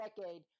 decade